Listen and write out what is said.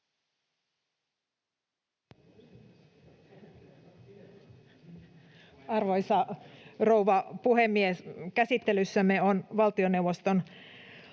Arvoisa rouva puhemies! Käsittelyssämme on valtioneuvoston